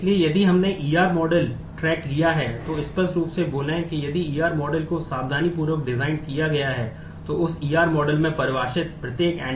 इसलिए सभी अलग अलग संभव ट्रैक हैं